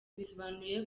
bisobanuye